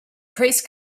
priest